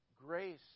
Grace